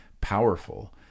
powerful